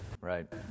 right